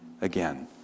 again